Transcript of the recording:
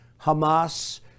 Hamas